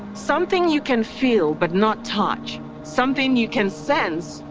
something you can feel, but not touch. something you can sense,